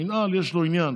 למינהל יש עניין